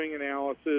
analysis